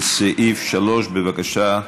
לסעיף 3, בבקשה,